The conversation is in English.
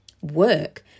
work